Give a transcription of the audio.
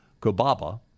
Kobaba